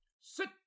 Sit